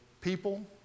people